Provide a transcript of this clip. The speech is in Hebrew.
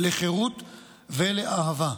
לחירות ולאהבה.